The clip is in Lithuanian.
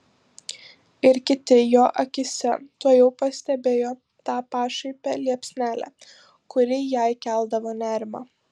ir kiti jo akyse tuojau pastebėjo tą pašaipią liepsnelę kuri jai keldavo nerimą